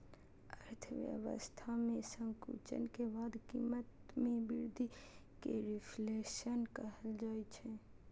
अर्थव्यवस्था मे संकुचन के बाद कीमत मे वृद्धि कें रिफ्लेशन कहल जाइ छै